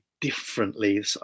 Differently